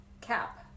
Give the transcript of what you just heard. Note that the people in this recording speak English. cap